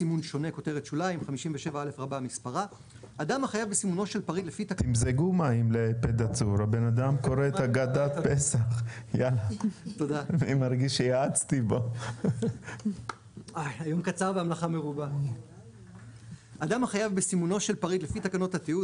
סימון שונה 57א. אדם החייב בסימונו של פריט לפי תקנות התיעוד,